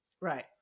right